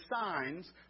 signs